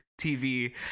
tv